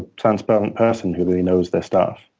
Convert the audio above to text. transparent person who really knows their stuff.